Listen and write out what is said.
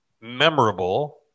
memorable